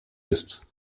ist